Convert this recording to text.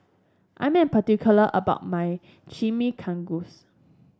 I am particular about my Chimichangas